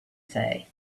say